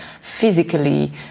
physically